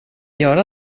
göra